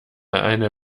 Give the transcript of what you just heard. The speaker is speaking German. eine